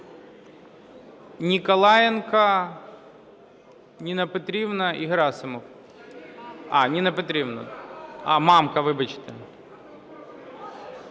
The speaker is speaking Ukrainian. Ніколаєнко, Ніна Петрівна і Герасимов. А, Ніна Петрівна. А, Мамка, вибачте.